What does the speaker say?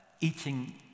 eating